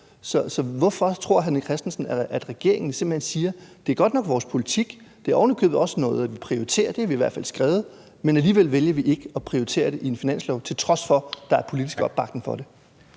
så hvorfor tror hr. René Christensen at regeringen simpelt hen siger: Det er godt nok vores politik, og det er ovenikøbet også noget, vi prioriterer – det har vi i hvert fald skrevet – men alligevel vælger vi ikke at prioritere det i en finanslov, til trods for at der er politisk opbakning til det?